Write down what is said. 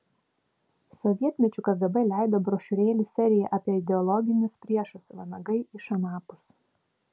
sovietmečiu kgb leido brošiūrėlių seriją apie ideologinius priešus vanagai iš anapus